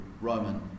Roman